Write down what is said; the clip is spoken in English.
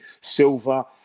Silva